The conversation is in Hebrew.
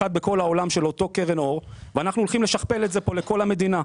של אותו קרן אור ואנחנו הולכים לשכפל את זה כאן לכל המדינה.